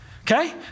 Okay